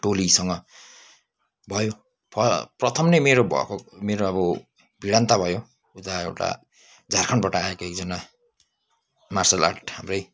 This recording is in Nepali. टोलीसँग भयो प्रथम नै मेरो भएको मेरो अब भिडन्त भयो उता एउटा झारखन्डबाट आएको एकजना मार्सल आर्ट हाम्रै